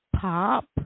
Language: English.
Pop